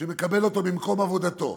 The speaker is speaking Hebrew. שמקבל במקום עבודתו,